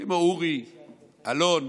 כמו אורי, אלון,